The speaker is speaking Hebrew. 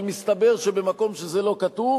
אבל מסתבר שבמקום שזה לא כתוב,